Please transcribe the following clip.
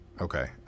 Okay